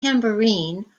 tambourine